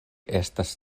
estas